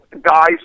guys